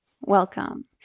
Welcome